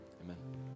Amen